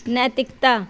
ਨੈਤਿਕਤਾ